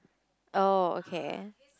oh okay